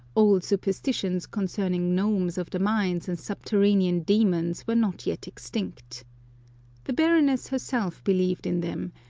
old superstitions concerning gnomes of the mines and subterranean demons were not yet extinct the baroness herself believed in them,